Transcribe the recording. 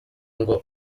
ngo